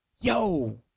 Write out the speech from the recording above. yo